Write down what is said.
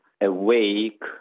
awake